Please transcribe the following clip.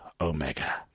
omega